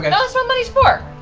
and ah so money's for.